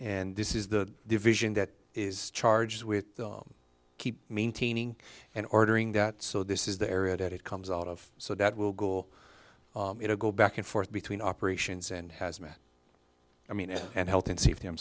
and this is the division that is charged with the keep maintaining and ordering that so this is the area that it comes out of so that will go you know go back and forth between operations and hazmat i mean and health and safety i'm